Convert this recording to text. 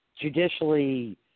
judicially